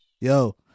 Yo